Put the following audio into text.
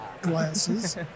glasses